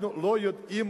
אנחנו לא יודעים,